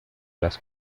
las